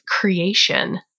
creation